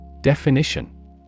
Definition